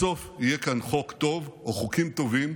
בסוף יהיה כאן חוק טוב, או חוקים טובים,